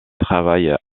travaille